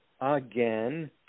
again